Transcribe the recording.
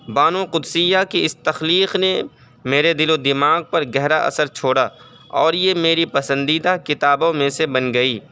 بانو قدسیہ کی اس تخلیق نے میرے دل و دماغ پر گہرا اثر چھوڑا اور یہ میری پسندیدہ کتابوں میں سے بن گئی